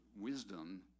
wisdom